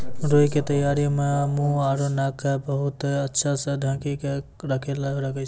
रूई के तैयारी मं मुंह आरो नाक क बहुत अच्छा स ढंकी क राखै ल लागै छै